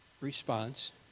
response